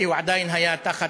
כי הוא עדיין היה תחת